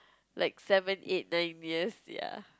like seven eight nine years ya